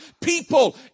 people